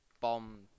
bomb